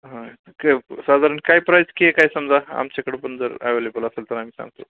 हं के साधारण काय प्राईज केक आहे समजा आमच्याकडं पण जर ॲवेलेबल असेल तर आम्ही सांगतो